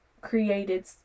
created